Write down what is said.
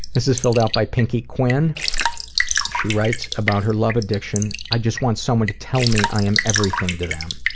this is filled out by pinky quen she writes about her love addiction i just want someone to tell me i am everything to them.